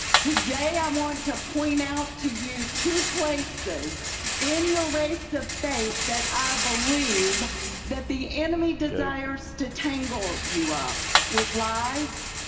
today i want to point out to you two places in your race of faith that i believe that the enemy desires to tangle you up with lies.